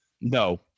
No